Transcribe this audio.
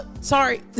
sorry